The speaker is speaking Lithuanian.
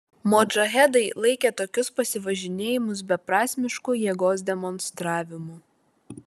modžahedai laikė tokius pasivažinėjimus beprasmišku jėgos demonstravimu